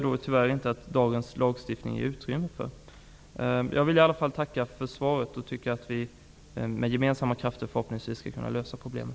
Jag tycker inte att dagens lagstiftning ger utrymme för detta. Jag vill tacka för svaret. Med gemensamma krafter skall vi förhoppningsvis lösa problemet.